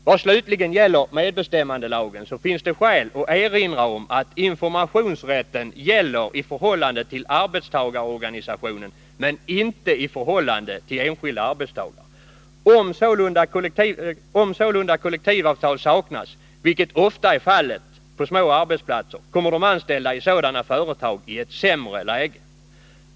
Vad slutligen gäller medbestämmandelagen vill jag erinra om att informationsrätten gäller i förhållande till arbetstagarorganisationen men inte i förhållande till enskilda arbetstagare. Om kollektivavtal sålunda saknas, vilket ofta är fallet på små arbetsplatser, kommer de anställda i sådana företag i ett sämre läge.